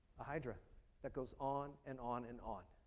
a hydra that goes on and on and on.